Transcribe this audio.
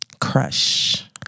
Crush